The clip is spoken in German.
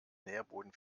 nährboden